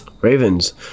Ravens